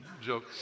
joke